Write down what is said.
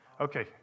Okay